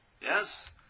Yes